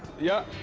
yep,